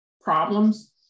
problems